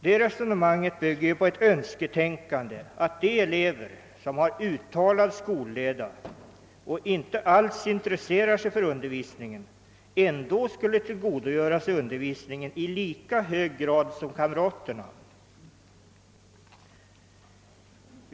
Detta resonemang bygger på önsketänkandet att de elever som har uttalad skolleda och inte alls intresserar sig för undervisningen ändå skulle tillgodogöra sig denna i lika hög grad som sina kamrater.